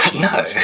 No